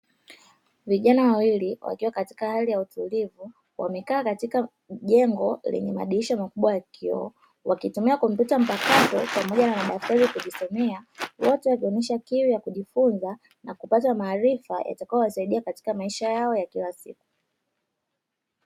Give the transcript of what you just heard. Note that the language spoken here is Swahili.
Vijana wawili wakiwa katika hali ya utulivu wamekaa katika jengo lenye madirisha makubwa ya vioo, wakitumia kompyuta mpakato pamoja na madaftari kujisomea, yote wakionyesha kiu ya kujifunza na kupata maarifa yatakayowasaidia katika maisha yao kila siku.